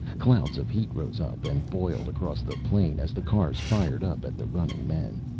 clouds of heat rose up and boiled across the plain as the cars fired up at the running men.